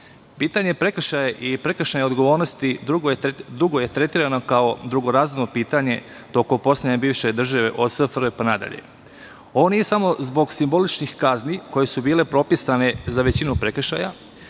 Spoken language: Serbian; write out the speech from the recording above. pitanje prekršaja i prekršajne odgovornosti dugo je tretirano kao drugorazredno pitanje u toku poslednje bivše države od SFRJ pa nadalje. Ovo nije samo zbog simboličnih kazni koje su bile propisane za većinu prekršaja,